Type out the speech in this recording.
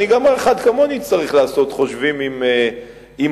גם אחד כמוני צריך לעשות חושבים עם עצמו,